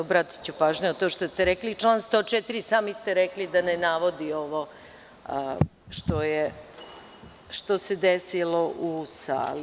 Obratiću pažnju na to što ste rekli i član 104, sami ste rekli da ne navodi ovo što se desilo u sali.